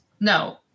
No